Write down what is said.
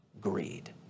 greed